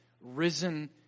risen